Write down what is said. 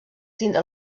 tindre